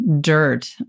dirt